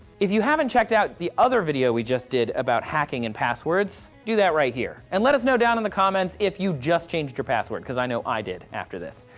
if you haven't check out the other video we just did about hacking and passwords, do that right here. and let us know down in the comments if you just changed your password, because i know i did after this.